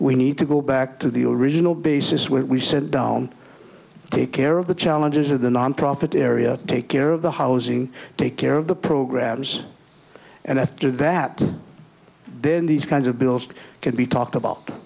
we need to go back to the original basis where we sit down take care of the challenges of the nonprofit area take care of the housing take care of the programs and after that then these kinds of bills can be talked about